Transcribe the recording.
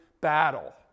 battle